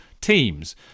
teams